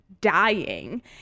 dying